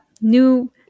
new